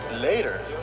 Later